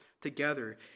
together